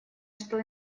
что